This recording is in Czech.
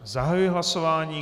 Zahajuji hlasování.